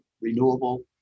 renewable